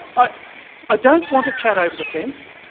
but i don't want to chat over the fence,